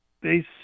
Base